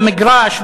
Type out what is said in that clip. במגרש,